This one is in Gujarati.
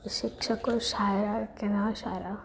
શિક્ષકો સારા કે ન સારા